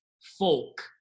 folk